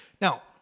Now